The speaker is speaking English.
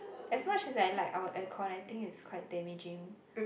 as much as I like our aircon I think it's quite damaging